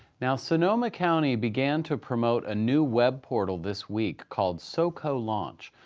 now, sonoma county began to promote a new web portal this week called soco launch.